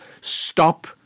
Stop